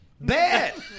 Bad